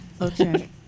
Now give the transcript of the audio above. okay